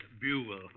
Buell